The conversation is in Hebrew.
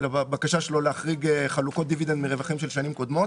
הבקשה שלו להחריג חלוקות דיבידנד מרווחים של שנים קודמות.